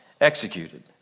executed